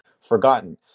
forgotten